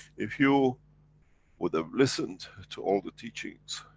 if you would have listened to all the teachings.